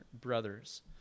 brothers